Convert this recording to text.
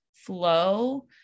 flow